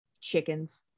chickens